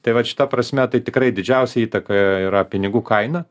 tai vat šita prasme tai tikrai didžiausia įtaka yra pinigų kaina